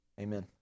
Amen